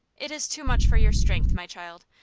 it is too much for your strength, my child.